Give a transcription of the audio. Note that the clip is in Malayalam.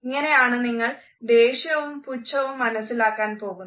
ഇങ്ങനെയാണ് നിങ്ങൾ ദേഷ്യവും പുച്ഛവും മനസിലാക്കാൻ പോകുന്നത്